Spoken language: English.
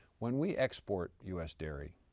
when we export u s. dairy,